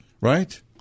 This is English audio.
Right